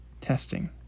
Testing